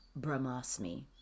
brahmasmi